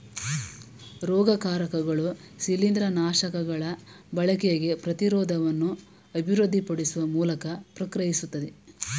ರೋಗಕಾರಕಗಳು ಶಿಲೀಂದ್ರನಾಶಕಗಳ ಬಳಕೆಗೆ ಪ್ರತಿರೋಧವನ್ನು ಅಭಿವೃದ್ಧಿಪಡಿಸುವ ಮೂಲಕ ಪ್ರತಿಕ್ರಿಯಿಸ್ತವೆ